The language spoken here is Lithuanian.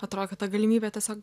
atrodo ta galimybė tiesiog